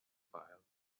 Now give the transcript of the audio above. file